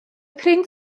print